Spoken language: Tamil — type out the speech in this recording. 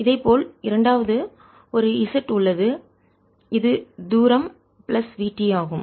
இதே போல் இரண்டாவது ஒரு z உள்ளது இது தூரம் பிளஸ் vt ஆகும்